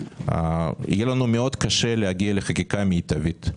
יהיה לנו מאוד קשה להגיע לחקיקה מיטבית.